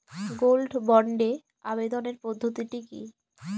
Gold বন্ডে আবেদনের পদ্ধতিটি কি?